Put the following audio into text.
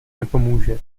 nepomůže